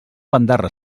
bandarra